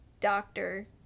doctor